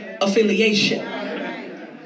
affiliation